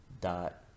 dot